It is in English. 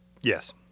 yes